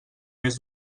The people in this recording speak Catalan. més